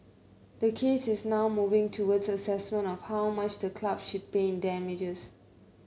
the case is now moving towards assessment of how much the club should pay in damages